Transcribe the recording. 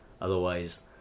Otherwise